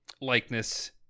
likeness